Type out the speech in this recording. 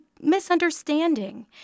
misunderstanding